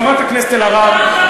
חברת הכנסת אלהרר,